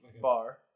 bar